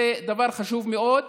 זה דבר חשוב מאוד.